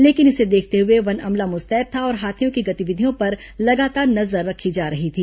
लेकिन इसे देखते हुए वन अमला मुस्तैद था और हाथियों की गतिविधियों पर लगातार नजर रखी जा रही थी